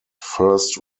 first